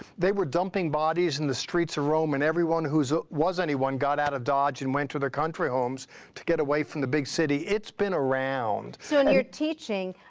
they were dumping bodies in the streets of rome, and everyone who so was anyone got out of dodge and went to their country homes to get away from the big city. it's been around. kirsten so in your teaching,